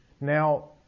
Now